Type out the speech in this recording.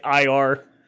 IR